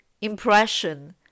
impression